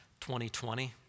2020